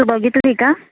तू बघितली का